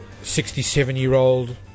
67-year-old